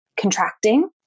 contracting